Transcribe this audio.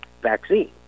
vaccine